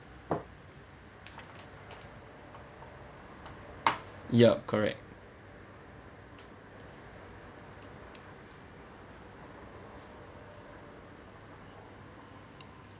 yup correct